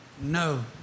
No